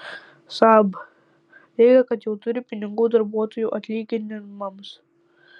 saab teigia kad jau turi pinigų darbuotojų atlyginimams